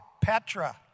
Petra